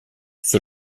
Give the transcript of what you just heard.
sur